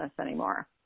anymore